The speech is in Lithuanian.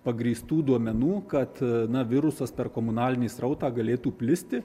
pagrįstų duomenų kad virusas per komunalinį srautą galėtų plisti